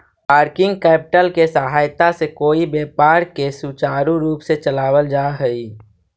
working capital के सहायता से कोई व्यापार के सुचारू रूप से चलावल जा हई